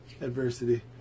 adversity